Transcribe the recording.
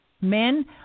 Men